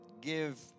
give